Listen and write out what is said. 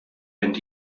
and